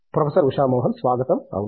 professor Usha Mohan స్వాగతం అవును